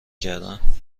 کردم